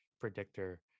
predictor